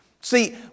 See